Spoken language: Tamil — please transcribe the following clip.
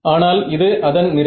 ஆனால் இது அதன் நிறை